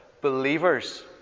Believers